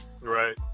Right